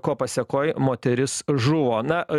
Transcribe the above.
ko pasekoj moteris žuvo na